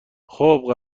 خوب